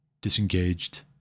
disengaged